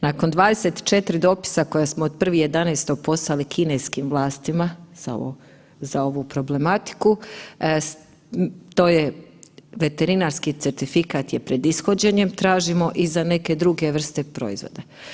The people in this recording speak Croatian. Nakon 24 dopisa koja smo 1.11. poslali kineskim vlastima za ovu problematiku to je veterinarski certifikat je pred ishođenjem tražimo i za neke druge vrste proizvoda.